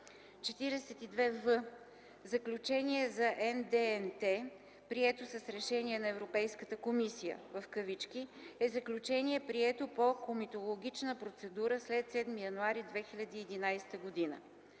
42в. „Заключение за НДНТ, прието с решение на Европейската комисия” е заключение, прието по комитологична процедура след 7 януари 2011 г.